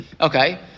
Okay